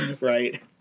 right